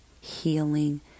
healing